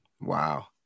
Wow